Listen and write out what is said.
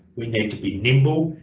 we need to be nimble,